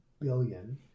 billion